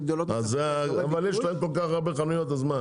אבל יש להם כל כך הרבה חנויות, אז מה?